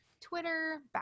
Twitter